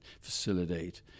facilitate